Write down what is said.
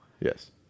Yes